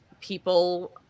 people